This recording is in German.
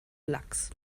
lax